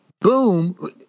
Boom